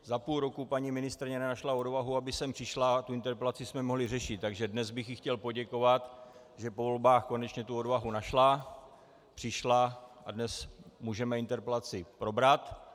Za půl roku paní ministryně nenašla odvahu, aby sem přišla a interpelaci jsme mohli řešit, takže dnes bych jí chtěl poděkovat, že po volbách konečně tu odvahu našla, přišla a dnes můžeme interpelaci probrat.